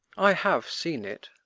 i have seen it.